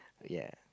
ya